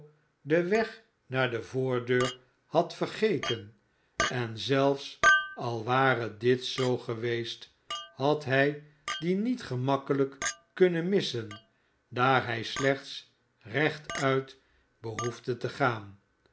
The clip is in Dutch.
den weg naar de voordeur had vergeten en zelfs al ware dit zoo geweest had hij dien niet gemakkelijk kunnen missen daar hij slechts rechtuit behoefde te gaan